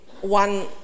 one